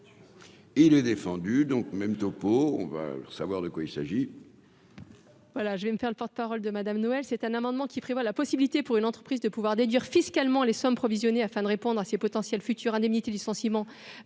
Il est défendu, donc, même topo, on va le savoir de quoi il s'agit.